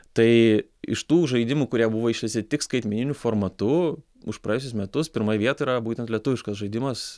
tai iš tų žaidimų kurie buvo išleisti tik skaitmeniniu formatu už praėjusius metus pirmoje vietoj yra būtent lietuviškas žaidimas